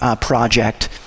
project